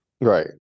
Right